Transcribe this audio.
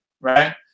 right